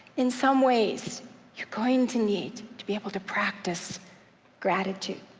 in some ways you're going to need to be able to practice gratitude.